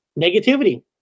Negativity